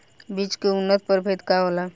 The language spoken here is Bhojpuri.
बीज के उन्नत प्रभेद का होला?